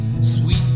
Sweet